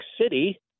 City